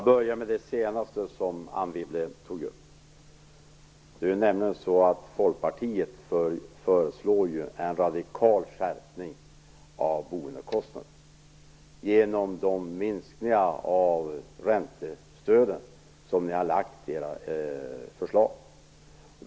Herr talman! Jag börjar med det sista Anne Wibble tog upp. Folkpartiet föreslår ju en radikal skärpning av boendekostnaden genom de föreslagna minskningarna av räntestöden.